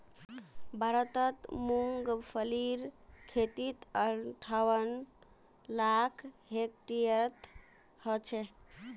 भारतत मूंगफलीर खेती अंठावन लाख हेक्टेयरत ह छेक